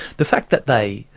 the fact that they.